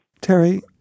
Terry